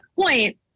point